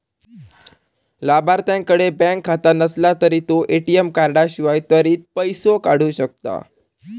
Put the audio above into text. लाभार्थ्याकडे बँक खाता नसला तरी तो ए.टी.एम कार्डाशिवाय त्वरित पैसो काढू शकता